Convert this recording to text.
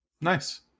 Nice